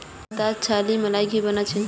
ममता छाली मिलइ घी बना छ